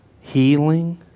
healing